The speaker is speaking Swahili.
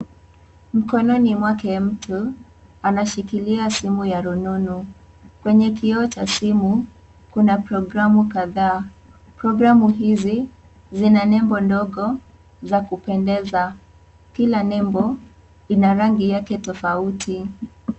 Mkononi mwake mtu ameshikilia simu ya rununu kwenye kioo cha simu , kuna programu kadhaa programu hizi zina nembo ndogo za kupendeza kila nembo ina rangi yake tofauti.